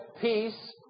peace